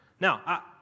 Now